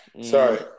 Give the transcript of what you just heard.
Sorry